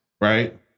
right